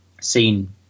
seen